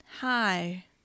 Hi